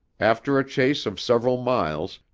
after a chase of several miles,